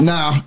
Now